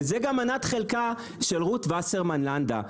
וזה גם מנת חלקה של רות וסרמן לנדה,